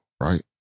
right